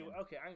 okay